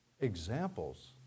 Examples